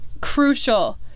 crucial